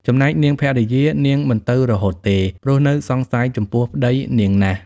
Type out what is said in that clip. ចំណែកនាងភរិយា នាងមិនទៅរហូតទេ ព្រោះនៅសង្ស័យចំពោះប្ដីនាងណាស់